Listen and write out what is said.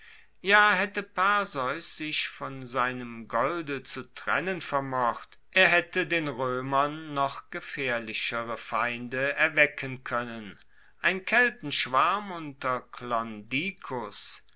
ja haette perseus sich von seinem golde zu trennen vermocht er haette den roemern noch gefaehrlichere feinde erwecken koennen ein keltenschwarm unter